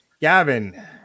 Gavin